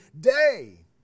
day